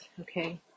okay